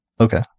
Okay